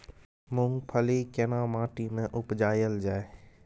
मूंगफली केना माटी में उपजायल जाय?